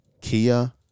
Kia